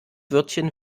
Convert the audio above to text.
wörtchen